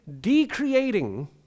decreating